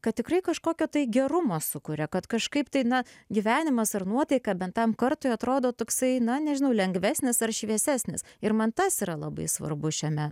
kad tikrai kažkokio tai gerumo sukuria kad kažkaip tai na gyvenimas ar nuotaika bet tam kartui atrodo toksai na nežinau lengvesnis ar šviesesnis ir man tas yra labai svarbu šiame